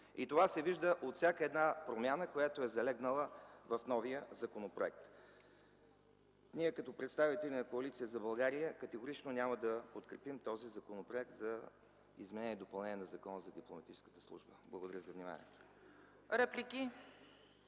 Това се вижда от всяка една промяна, която е залегнала в новия законопроект. Ние като представители на Коалиция за България категорично няма да подкрепим този Законопроект за изменение и допълнение на Закона за дипломатическата служба. Благодаря ви за вниманието.